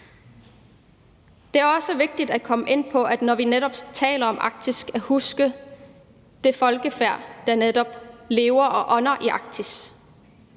Det er også vigtigt at komme ind på, netop når vi taler om Arktis, at vi skal huske det folkefærd, der lever og ånder i Arktis.